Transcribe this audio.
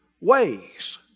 ways